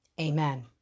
amen